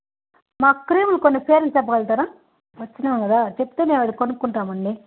మాకు క్రీములు కొన్ని పేర్లు చెప్పగలుగుతారా వచ్చాము కదా చెప్తే మేము అది కొనుక్కుంటామండి